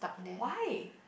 why